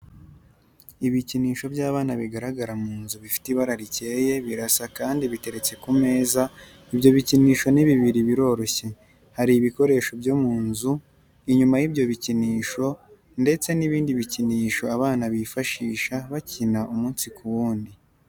Ibikinisho by'abana bigaragara mu nzu bifite ibara rikeye birasa kandi biteretse ku meza, ibyo bikinisho ni bibiri biroroshye. Hari ibikoresho byo mu nzu inyuma y'ibyo bikinisho, ndetse n'ibindi bikinisho abana bifashisha bakina umunsi ku wundi.